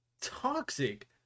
toxic